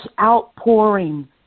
outpouring